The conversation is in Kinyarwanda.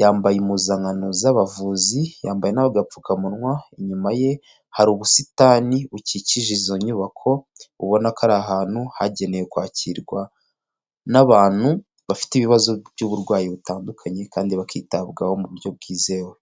yambaye impuzankano z'abavuzi, yambaye n'agapfukamunwa, inyuma ye hari ubusitani bukikije izo nyubako, ubona ko ari ahantu hagenewe kwakirwa n'abantu bafite ibibazo by'uburwayi butandukanye kandi bakitabwaho mu buryo bwizewe.